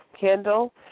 Kendall